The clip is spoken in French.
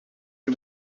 que